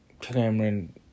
Cameron